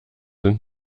sind